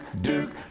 duke